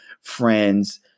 friends